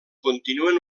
continuen